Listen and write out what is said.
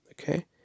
Okay